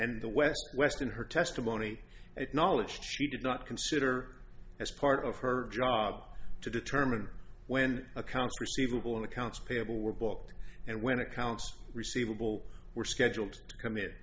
and the west western her testimony acknowledged she did not consider as part of her job to determine when accounts receivable accounts payable were booked and when accounts receivable were scheduled to come i